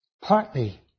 partly